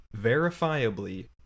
verifiably